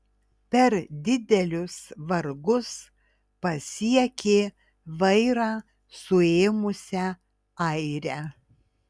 per didelius vargus pasiekė vairą suėmusią airę